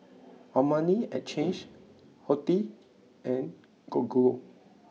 Armani Exchange Horti and Gogo